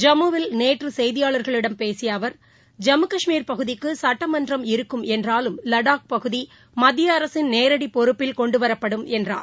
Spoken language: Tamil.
ஜம்மு வில் நேற்று செய்தியாளர்களிடம் பேசிய அவர் ஜம்மு கஷ்மீர் பகுதிக்கு சட்டமன்றம் இருக்கும் என்றாலும் லடாக் பகுதி மத்திய அரசின் நேரடி பொறுப்பில் கொண்டுவரப்படும் என்றார்